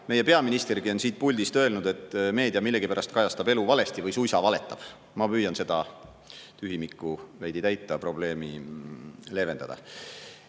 Meie peaministergi on siit puldist öelnud, et meedia millegipärast kajastab elu valesti või suisa valetab. Ma püüan seda tühimikku veidi täita, probleemi leevendada. Mõned